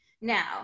Now